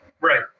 Right